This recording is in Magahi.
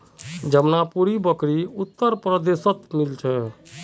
जमानुपारी बकरी उत्तर प्रदेशत मिल छे